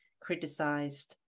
criticized